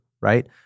right